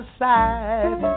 side